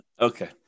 Okay